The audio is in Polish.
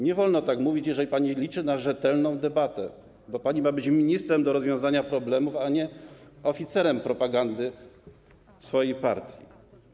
Nie wolno tak mówić, jeżeli liczy pani na rzetelną debatę, bo pani ma być ministrem rozwiązującym problemy, a nie oficerem propagandy swojej partii.